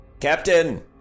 Captain